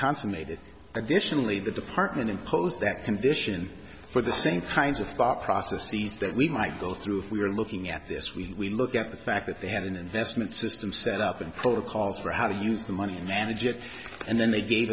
consummated additionally the department impose that condition for the same kinds of thought processes that we might go through if we were looking at this we look at the fact that they had an investment system set up and protocols for how to use the money and manage it and then they gave